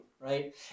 right